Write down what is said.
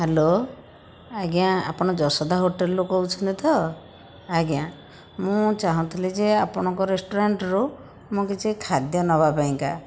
hello ଆଜ୍ଞା ଆପଣ ଯଶୋଦା ହୋଟେଲ୍ରୁ କହୁଛନ୍ତି ତ ଆଜ୍ଞା ମୁଁ ଚାହୁଁଥିଲି ଯେ ଆପଣଙ୍କ ରେଷ୍ଟୁରାଣ୍ଟରୁ ମୁଁ କିଛି ଖାଦ୍ୟ ନେବା ପାଇଁ କା